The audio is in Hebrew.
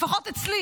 לפחות אצלי,